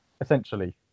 essentially